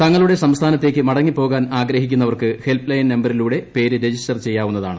തങ്ങളുടെ സംസ്ഥാനത്തേയ്ക്ക് മടങ്ങി പോകാൻ ആഗ്രഹിക്കുന്നവർക്ക് ഹെൽപ്പ് ലൈൻ നമ്പരിലൂടെ പേര് രജിസ്റ്റർ ചെയ്യാവുന്നതാണ്